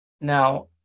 now